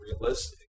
realistic